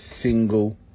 single